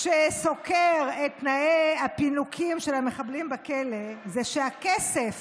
שסוקר את תנאי הפינוקים של המחבלים בכלא, זה שהכסף